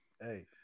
hey